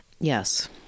Yes